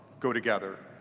go together.